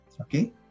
Okay